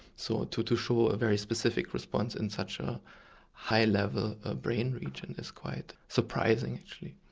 so ah to to show a very specific response in such a high level of brain region is quite surprising actually.